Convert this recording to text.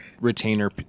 retainer